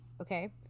Okay